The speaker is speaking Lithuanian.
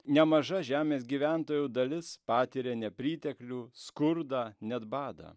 nemaža žemės gyventojų dalis patiria nepriteklių skurdą net badą